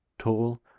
tall